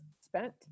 spent